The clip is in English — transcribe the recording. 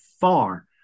far